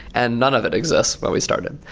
and none of it exists when we started.